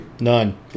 None